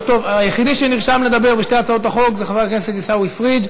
היחידי שנרשם לדבר בשתי הצעות החוק הוא חבר הכנסת עיסאווי פריג'.